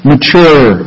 Mature